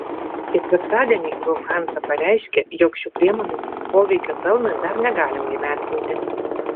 ketvirtadienį lufthansa pareiškė jog šių priemonių poveikio pelnui dar negalima įvertinti